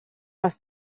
was